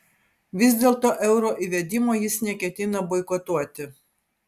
vis dėlto euro įvedimo jis neketina boikotuoti